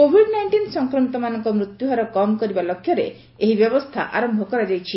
Covid nineteen ସଫକ୍ରମିତମାନଙ୍କ ମୃତ୍ୟୁହାର କମ୍ କରିବା ଲକ୍ଷ୍ୟରେ ଏହି ବ୍ୟବସ୍ଥା ଆରମ୍ଭ କରାଯାଇଛି